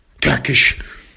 Turkish